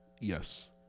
yes